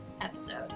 episode